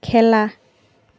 খেলা